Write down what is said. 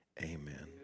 amen